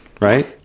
right